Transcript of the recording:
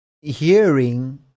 hearing